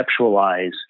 conceptualize